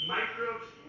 Microbes